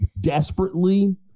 desperately